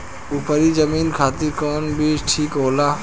उपरी जमीन खातिर कौन बीज ठीक होला?